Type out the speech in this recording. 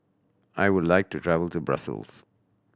I would like to travel to Brussels